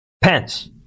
Pence